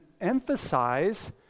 emphasize